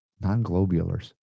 Non-globulars